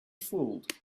fooled